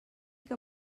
que